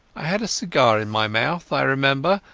i had a cigar in my mouth, i remember,